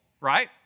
right